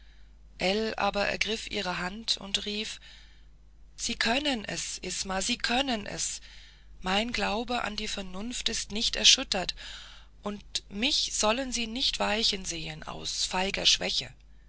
aber ergriff ihre hand und rief sie können es isma sie können es mein glaube an die vernunft ist nicht erschüttert und mich sollen sie nicht weichen sehen aus feiger schwäche